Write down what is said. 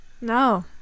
No